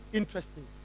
interesting